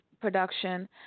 production